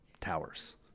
towers